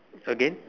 again